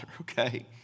okay